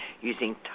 using